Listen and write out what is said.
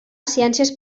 ciències